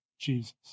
Jesus